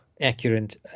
accurate